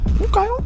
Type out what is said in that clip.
Okay